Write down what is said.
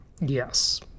yes